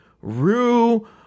Rue